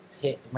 hit